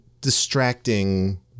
distracting